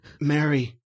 Mary